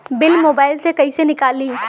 Bill mobile से कईसे निकाली?